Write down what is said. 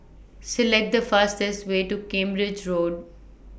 Select The fastest Way to Cambridge Road